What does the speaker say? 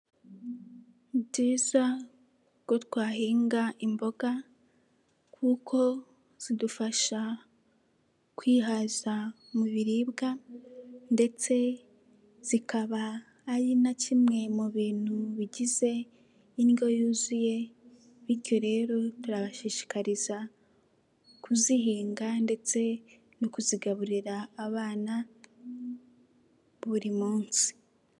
Ni byiza ko twahinga imboga kuko zidufasha kwihaza mu biribwa ndetse zikaba ari na kimwe mu bintu bigize indyo yuzuye bityo rero turabashishikariza kuzihinga ndetse no kuzigaburira abana buri munsi.